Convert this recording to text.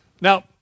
Now